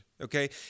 Okay